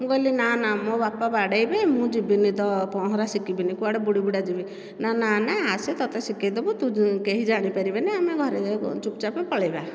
ମୁଁ କହିଲି ନାଁ ନାଁ ମୋ ବାପା ବାଡ଼େଇବେ ମୁଁ ଯିବିନି ତ ପହଁରା ଶିଖିବିନି କୁଆଡ଼େ ବୁଡ଼ି ବୁଡ଼ା ଯିବି ନା ନାଁ ନାଁ ଆସେ ତୋତେ ଶିଖେଇଦେବୁ ତୁ କେହି ଜାଣିପାରିବେନି ଆମେ ଘରେ ଯାଈ ଚୁପଚାପ ପଳେଇବା